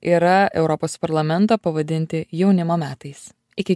yra europos parlamento pavadinti jaunimo metais iki